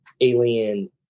alien